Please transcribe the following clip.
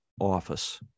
office